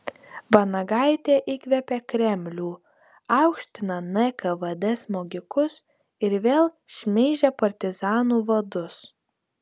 vanagaitė įkvėpė kremlių aukština nkvd smogikus ir vėl šmeižia partizanų vadus